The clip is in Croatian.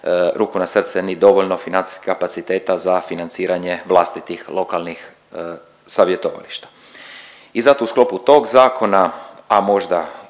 ruku na srce ni dovoljno financijskih kapaciteta za financiranje vlastitih lokalnih savjetovališta. I zato u sklopu tog zakona, a možda